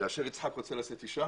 כאשר יצחק רוצה לשאת אישה